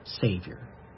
Savior